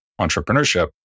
entrepreneurship